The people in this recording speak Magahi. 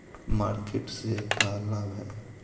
मार्किट से का लाभ है?